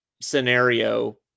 scenario